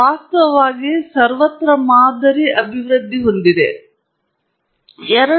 ನಂತರ ವಾಸ್ತವವಾಗಿ ಸರ್ವತ್ರ ಮಾದರಿ ಅಭಿವೃದ್ಧಿ ಹೊಂದಿವೆ